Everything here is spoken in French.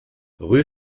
rue